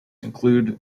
include